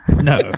No